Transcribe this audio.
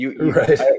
Right